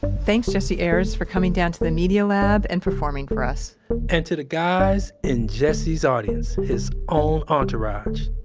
thanks jessie ayers for coming down to the media lab and performing for us and to the guys in jessie's audience, his own entourage